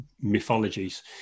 mythologies